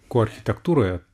ko architektūroje